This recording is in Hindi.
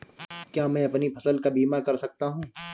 क्या मैं अपनी फसल का बीमा कर सकता हूँ?